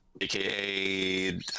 AKA